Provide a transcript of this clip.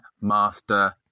Master